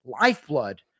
lifeblood